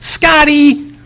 Scotty